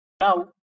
now